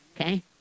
Okay